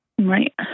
Right